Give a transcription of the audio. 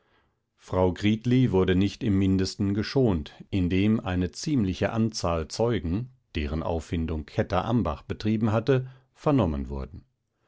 frau gritli wurde nicht im mindesten geschont indem eine ziemliche anzahl zeugen deren auffindung kätter ambach betrieben hatte vernommen wurden